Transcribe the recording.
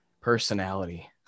personality